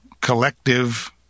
collective